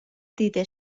دیده